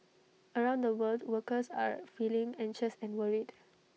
around the world workers are feeling anxious and worried